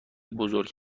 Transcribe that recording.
بزرگ